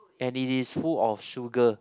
and it is full of sugar